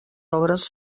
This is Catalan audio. obres